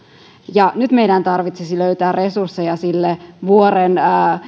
ja nyt meidän tarvitsisi löytää resursseja sille vuoren